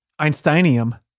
Einsteinium